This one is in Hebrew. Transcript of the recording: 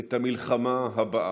את המלחמה הבאה.